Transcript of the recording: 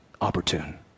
opportune